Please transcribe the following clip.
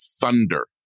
thunder